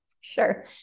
sure